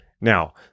Now